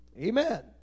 Amen